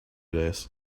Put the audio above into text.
days